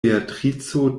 beatrico